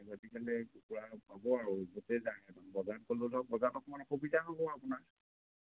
গতিকেলৈ কুকুৰা পাব আৰু য'তেই যায় বজাৰত গ'লেও ধৰক বজাৰত অকমান অসুবিধা হ'ব আপোনাৰ